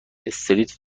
استریت